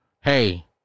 hey